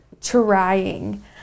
Trying